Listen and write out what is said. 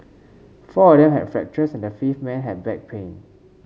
four of them had fractures and the fifth man had back pain